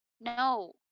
No